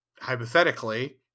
hypothetically